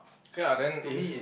okay lah then if